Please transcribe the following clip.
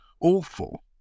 awful